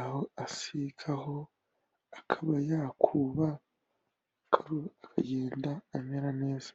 aho asigaho, akaba yakuba, akagenda amera neza.